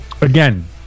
Again